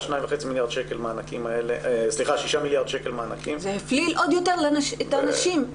שישה מיליארד שקל מענקים --- זה הפלה עוד יותר את הנשים.